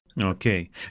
Okay